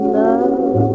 love